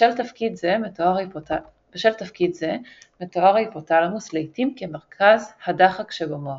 בשל תפקיד זה מתואר ההיפותלמוס לעיתים כמרכז הדחק שבמוח.